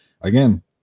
again